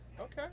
Okay